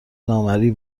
نامرئی